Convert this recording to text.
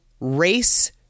race